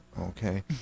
okay